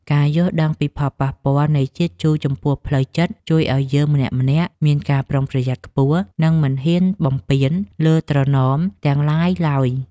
ការយល់ដឹងពីផលប៉ះពាល់នៃជាតិជូរចំពោះផ្លូវចិត្តជួយឱ្យយើងម្នាក់ៗមានការប្រុងប្រយ័ត្នខ្ពស់ និងមិនហ៊ានបំពានលើត្រណមទាំងឡាយឡើយ។